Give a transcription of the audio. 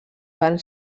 van